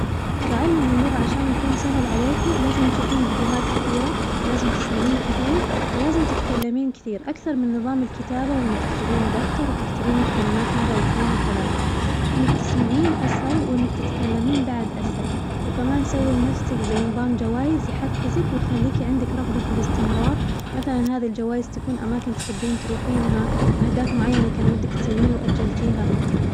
تعلم اللغة عشان يكون سهل عليكي لازم تشوفين فيديوهات كثيرة لازم تسمعين كثير، ولازم تتكلمين كثير، أكثر من نظام الكتابة وإنك تجيبين دفتر وتكتبين الكلمات مرة واثنين وثلاثة، إنك تسمعين أسهل وإنك تتكلمين بعد أسهل، وكمان سوي لنفسك زي نظام جوايز يحفزك ويخليكي عندك رغبة في الاستمرار مثلاً هذي الجوايز تكون أماكن تحبين تروحينها أهداف معينة كان ودك تسويها وأجلتيها.